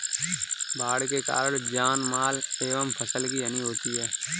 बाढ़ के कारण जानमाल एवं फसल की हानि होती है